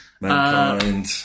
Mankind